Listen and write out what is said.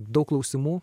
daug klausimų